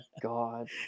God